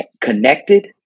connected